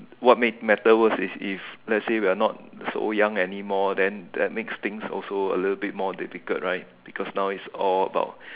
what make matter worse is if let's say we are not so young anymore then that makes things also a little more difficult right because now is all about